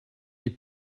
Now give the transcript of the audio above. ils